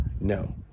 No